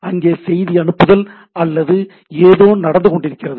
அங்கே செய்தி அனுப்புதல் அல்லது ஏதோ நடந்துகொண்டிருக்கிறது